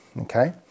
okay